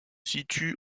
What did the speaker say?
situe